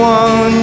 one